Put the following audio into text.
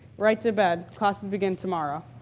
right to bed, classes begin tomorrow.